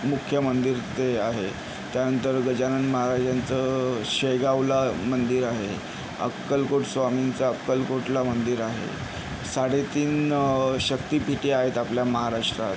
मुख्य मंदिर ते आहे त्यानंतर गजानन महाराजांचं शेगावला मंदिर आहे अक्कलकोट स्वामींचं अक्कलकोटला मंदिर आहे साडेतीन शक्तिपीठे आहेत आपल्या महाराष्ट्रात